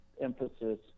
emphasis